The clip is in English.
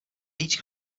each